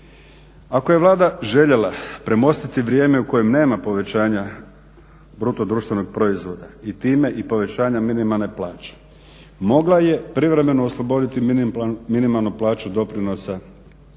Ako je Vlada željela premostiti vrijeme u kojem nema povećanja bruto društvenog proizvoda i time i povećanja minimalne plaće, mogla je privremeno osloboditi minimalnu plaću doprinosa poreza na